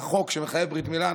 אם היה חוק שמחייב ברית מילה,